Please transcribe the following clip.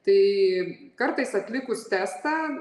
tai kartais atlikus testą